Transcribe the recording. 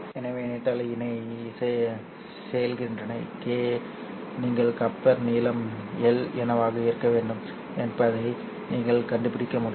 எனவே இணைத்தல் இணை செயல்திறன் κ நீங்கள் கப்ளர் நீளம் L என்னவாக இருக்க வேண்டும் என்பதை நீங்கள் கண்டுபிடிக்க முடியும்